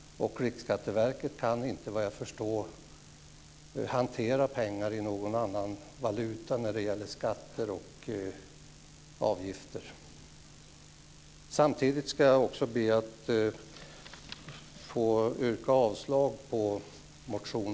Såvitt jag förstår kan Riksskatteverket inte hantera pengar i annan valuta när det gäller skatter och avgifter. Jag skulle vilja passa på att yrka avslag på motion